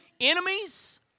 enemies